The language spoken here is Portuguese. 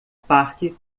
parque